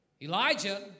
Elijah